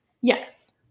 Yes